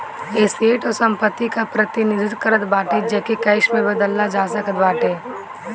asset उ संपत्ति कअ प्रतिनिधित्व करत बाटे जेके कैश में बदलल जा सकत बाटे